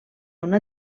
una